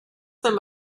them